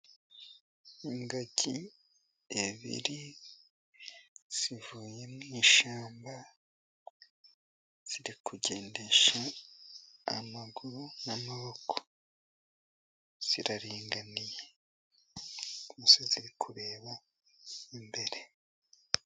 Ingagi ebyiri zivuye mu ishyamba, ziri kugendesha amaguru n'amaboko. Ziraringaniye. Zose ziri kureba imbere.